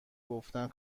گفتن